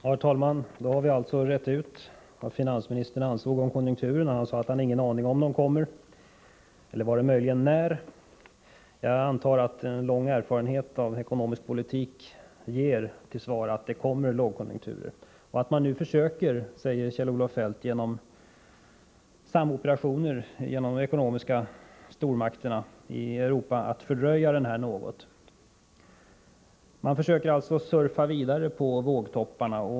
Herr talman! Då har vi alltså rett ut vad finansministern anser om konjunkturerna. Han har ingen aning om, sade han, om — eller vad det möjligen när? — det kommer en lågkonjunktur. Jag antar att en lång erfarenhet av ekonomisk politik ger svaret att det kommer en lågkonjunktur. Kjell-Olof Feldt säger att man nu genom samoperationer mellan de ekonomiska stormakterna i Europa försöker fördröja lågkonjunkturen något. Man försöker alltså surfa vidare på vågtopparna.